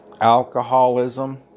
alcoholism